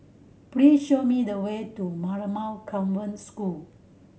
please show me the way to Marymount Convent School